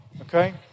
okay